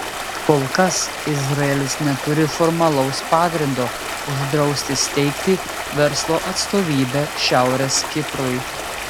kol kas izraelis neturi formalaus pagrindo uždrausti steigti verslo atstovybę šiaurės kiprui